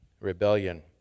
rebellion